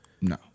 no